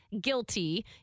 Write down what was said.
guilty